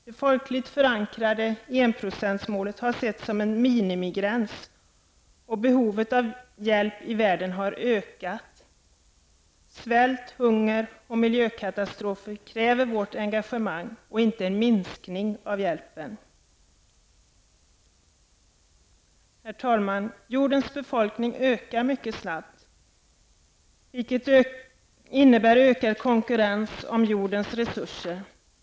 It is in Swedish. Det folkligt förankrade enprocentsmålet har setts som en minimigräns. Och behovet av hjälp i världen har ökat. Svält, hunger och miljökatastrofer kräver vårt engagemang och inte en minskning av hjälpen. Herr talman! Jordens befolkning ökar mycket snabbt, vilket innebär ökad konkurrens om jordens resurser.